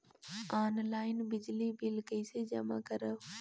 Online बिजली bill कइसे जमा करव?